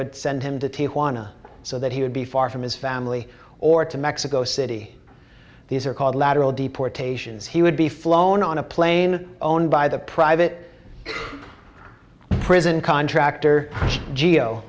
would send him to t juana so that he would be far from his family or to mexico city these are called lateral deportations he would be flown on a plane owned by the private prison contractor